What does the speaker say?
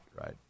right